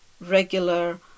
regular